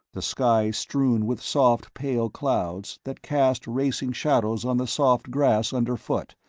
the sky strewn with soft pale clouds that cast racing shadows on the soft grass underfoot,